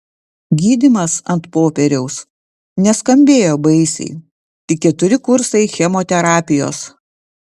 gydymas ant popieriaus neskambėjo baisiai tik keturi kursai chemoterapijos